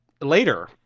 later